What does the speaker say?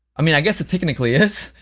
i mean, i guess it technically is.